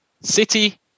City